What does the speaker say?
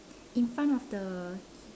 in front of the